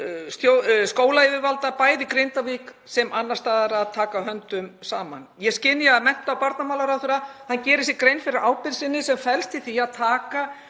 skólayfirvalda, bæði í Grindavík sem og annars staðar, að taka höndum saman. Ég skynja að mennta- og barnamálaráðherra gerir sér grein fyrir ábyrgð sinni sem felst í því að taka